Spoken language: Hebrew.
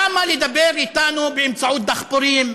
למה לדבר אתנו באמצעות דחפורים,